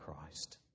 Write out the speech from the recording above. Christ